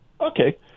okay